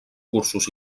cursos